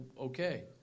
okay